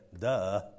duh